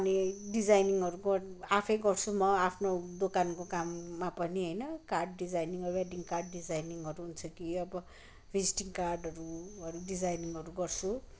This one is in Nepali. अनि डिजाइनिङहरू आफै गर्छु म आफ्नो दोकानको काममा पनि होइन कार्ड डिजाइनिङ वेडिङ कार्ड डिजाइनिङहरू हुन्छ कि अब भिजिटिङ कार्डहरू डिजाइनिङहरू गर्छु